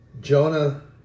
Jonah